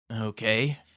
Okay